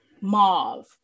mauve